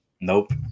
Nope